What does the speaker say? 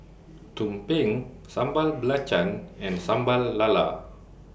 Tumpeng Sambal Belacan and Sambal Lala